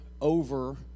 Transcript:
over